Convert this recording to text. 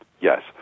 Yes